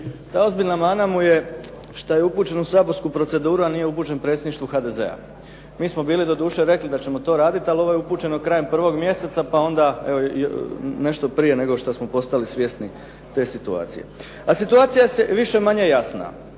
Ta ozbiljna mana mu je što je upućen u saborsku proceduru, a nije upućen predsjedništvu HDZ-a. Mi smo bili doduše rekli da ćemo to raditi, ali ovo je upućeno krajem 1. mjeseca, pa onda nešto prije nego što smo postali svjesni te situacije. A situacija je više-manje jasna.